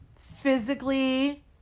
physically